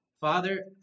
Father